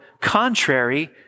contrary